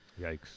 Yikes